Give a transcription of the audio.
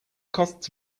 costs